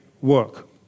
work